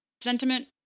sentiment